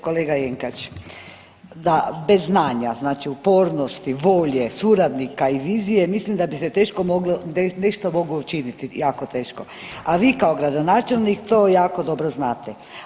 Kolega Jenkač, da bez znanja znači upornosti, volje suradnika i vizije mislim da bi se teško moglo nešto moglo učiniti jako teško, a vi kao gradonačelnik to jako dobro znate.